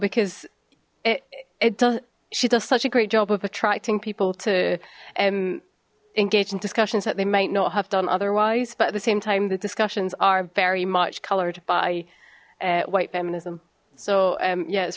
because it it does she does such a great job of attracting people to em engage in discussions that they might not have done otherwise but at the same time the discussions are very much colored by white feminism so yeah it's